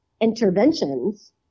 interventions